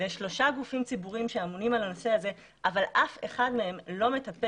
ויש שלושה גופים ציבוריים שאמונים על הנושא הזה אבל אף אחד לא מטפל